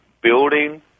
building